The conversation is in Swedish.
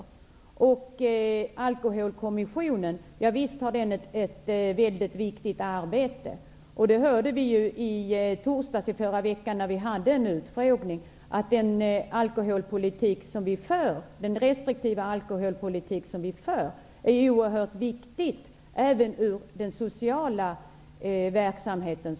Visst har Alkoholkommissionen ett mycket viktigt arbete. Vi hörde vid utfrågningen i torsdags i förra veckan att den restriktiva alkoholpolitik vi för är oerhört viktig, också för den sociala verksamheten.